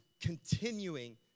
continuing